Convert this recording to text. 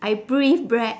I breathe bread